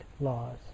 laws